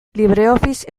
libreoffice